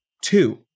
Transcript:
Two